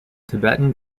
tibetan